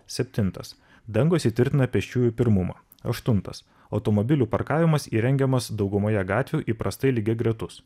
septintas dangos įtvirtina pėsčiųjų pirmumą aštuntas automobilių parkavimas įrengiamas daugumoje gatvių įprastai lygiagretus